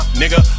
nigga